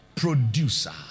producer